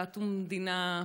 דת ומדינה,